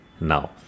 now